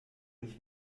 nicht